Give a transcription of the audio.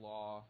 Law